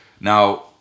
Now